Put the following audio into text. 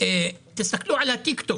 תסתכלו על הטיק-טוק,